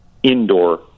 indoor